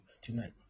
tonight